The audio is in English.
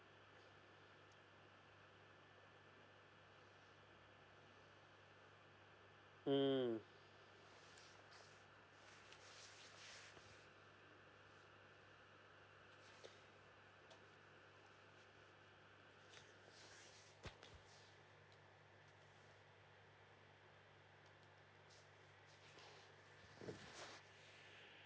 hmm